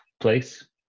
Place